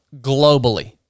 globally